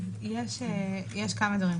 יש כמה דברים.